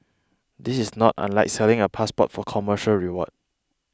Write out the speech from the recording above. this is not unlike selling a passport for commercial reward